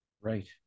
Right